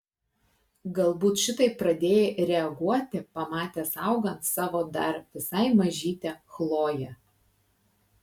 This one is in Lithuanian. galbūt šitaip pradėjai reaguoti pamatęs augant savo dar visai mažytę chloję